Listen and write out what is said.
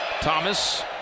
Thomas